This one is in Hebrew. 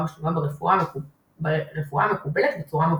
משלימה ברפואה המקובלת בצורה מבוקרת.